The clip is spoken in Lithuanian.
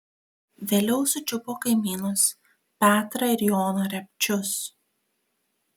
vėliau sučiupo kaimynus petrą ir joną repčius